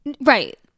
Right